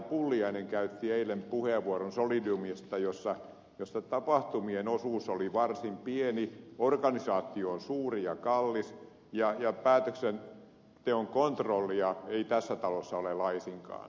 pulliainen käytti eilen puheenvuoron solidiumista jossa tapahtumien osuus oli varsin pieni organisaatio on suuri ja kallis ja päätöksenteon kontrollia ei tässä talossa ole laisinkaan